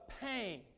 pain